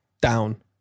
down